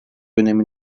önemi